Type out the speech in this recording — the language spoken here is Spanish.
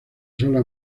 sola